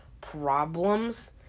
problems